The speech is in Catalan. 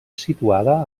situada